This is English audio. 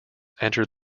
entered